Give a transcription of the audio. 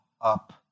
up